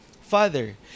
Father